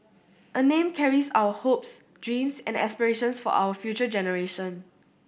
a name carries our hopes dreams and aspirations for our future generation